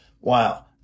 Wow